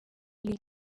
lil